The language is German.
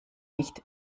nicht